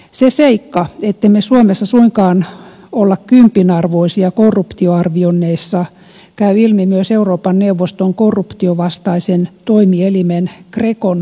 se seikka ettemme suomessa suinkaan ole kympin arvoisia korruptioarvioinneissa käy ilmi myös euroopan neuvoston korruptionvastaisen toimielimen grecon kannanotoista